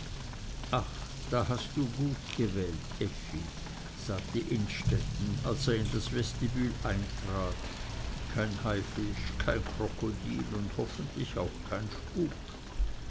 ach da hast du gut gewählt effi sagte innstetten als er in das vestibül eintrat kein haifisch kein krokodil und hoffentlich auch kein spuk